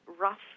rough